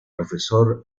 profesor